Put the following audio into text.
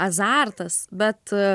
azartas bet